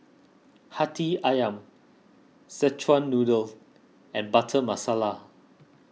Hati Ayam Szechuan Noodles and Butter Masala